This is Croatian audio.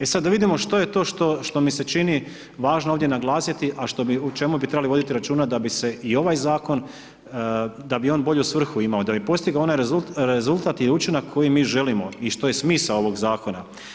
E sada da vidimo što je to što mi se čini važno ovdje naglasiti a o čemu bi trebalo voditi računa da bi se i ovaj zakon, da bi on bolju svrhu imao, da bi postigao onaj rezultat i učinak koji mi želimo i što je smisao ovog zakona.